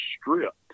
stripped